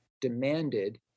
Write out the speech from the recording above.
demanded